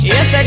Yes